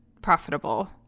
profitable